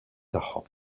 tagħhom